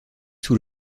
sous